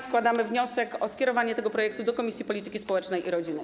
Składamy wniosek o skierowanie tego projektu do Komisji Polityki Społecznej i Rodziny.